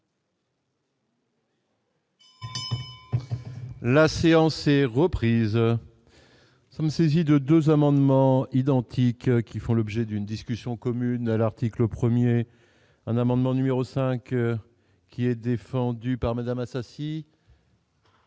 La séance est reprise comme saisie de 2 amendements identiques qui font l'objet d'une discussion commune : l'article 1er un amendement numéro 5 qui est défendu par Madame Assassi.